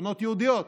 בנות יהודיות,